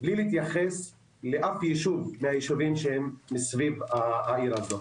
בלי להתייחס לאף יישוב מהיישובים שנמצאים סביב העיר הזאת.